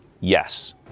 Yes